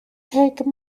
cake